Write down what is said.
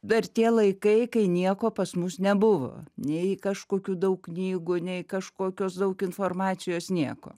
dar tie laikai kai nieko pas mus nebuvo nei kažkokių daug knygų nei kažkokios daug informacijos nieko